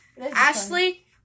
Ashley